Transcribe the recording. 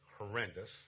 horrendous